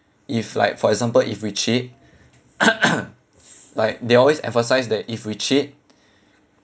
if like for example if we cheat like they always emphasise that if we cheat